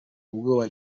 ubwoba